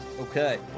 Okay